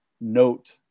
note